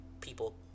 people